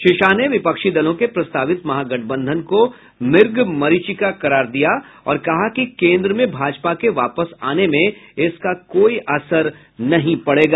श्री शाह ने विपक्षी दलों के प्रस्तावित महागठबंधन को मुगमरीचिका करार दिया और कहा कि केन्द्र में भाजपा के वापस आने में इसका कोई असर नहीं पड़ेगा